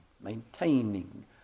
maintaining